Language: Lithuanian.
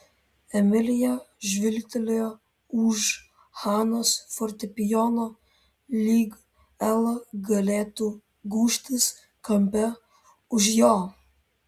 emilija žvilgtelėjo už hanos fortepijono lyg ela galėtų gūžtis kampe už jo